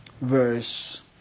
Verse